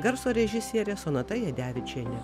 garso režisierė sonata jadevičienė